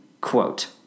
Quote